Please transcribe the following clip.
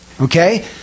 okay